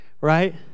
right